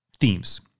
Themes